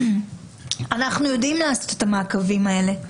אנחנו יודעים לעשות את המעקבים האלה.